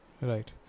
right